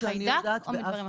מחיידק או מדברים אחרים?